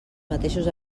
mateixos